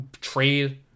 trade